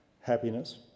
happiness